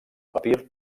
papir